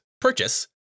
purchase